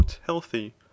healthy